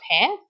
hair